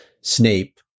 Snape